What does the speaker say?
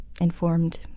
informed